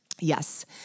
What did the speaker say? Yes